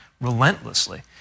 relentlessly